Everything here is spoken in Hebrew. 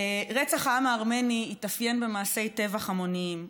רצח העם הארמני התאפיין במעשי טבח המוניים,